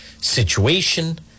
situation